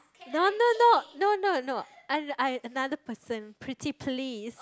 not not not not not not I I another person pretty please